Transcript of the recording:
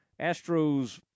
Astros